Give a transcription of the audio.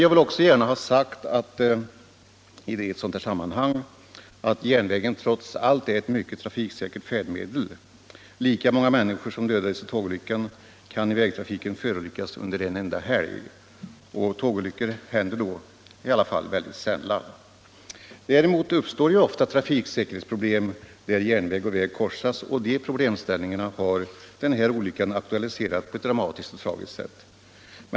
Jag vill i ett sådant här sammanhang också gärna ha sagt att järnvägen trots allt är ett mycket trafiksäkert färdmedel — lika många människor som dödades i tågolyckan kan i vägtrafiken förolyckas under en enda helg, och tågolyckor inträffar i alla fall ytterst sällan. Däremot uppstår ofta trafiksäkerhetsproblem där järnväg och väg korsas, och de problemställningarna har den här olyckan aktualiserat på ett dramatiskt och tragiskt sätt.